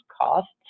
costs